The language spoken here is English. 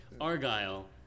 Argyle